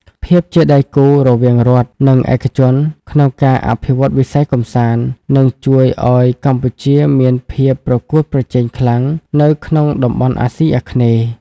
ភាពជាដៃគូរវាងរដ្ឋ និងឯកជនក្នុងការអភិវឌ្ឍវិស័យកម្សាន្ត នឹងជួយឱ្យកម្ពុជាមានភាពប្រកួតប្រជែងខ្លាំងនៅក្នុងតំបន់អាស៊ីអាគ្នេយ៍។